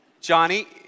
Johnny